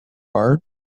bart